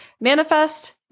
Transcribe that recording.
Manifest